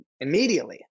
immediately